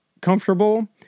comfortable